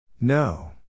No